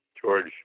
George